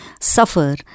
suffer